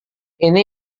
ini